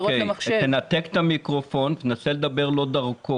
גם פוסט-טראומתי וגם בן אדם רגיש שחי חיים מלאים.